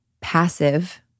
passive